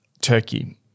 Turkey